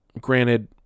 granted